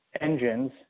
engines